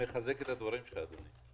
אני מחזק את הדברים שלך, אדוני.